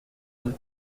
elle